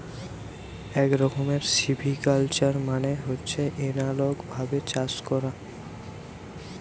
এক রকমের সিভিকালচার মানে হচ্ছে এনালগ ভাবে চাষ করা